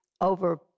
over